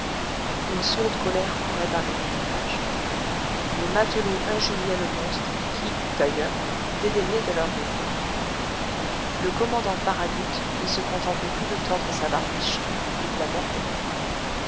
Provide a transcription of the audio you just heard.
une sourde colère courait parmi l'équipage les matelots injuriaient le monstre qui d'ailleurs dédaignait de leur répondre le commandant farragut ne se contentait plus de tordre sa barbiche il la mordait